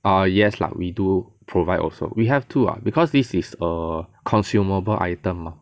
uh yes lah we do provide also we have to lah because this is a consumable item mah